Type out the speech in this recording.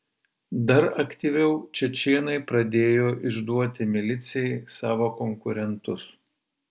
dar aktyviau čečėnai pradėjo išduoti milicijai savo konkurentus